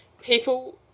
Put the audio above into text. People